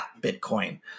Bitcoin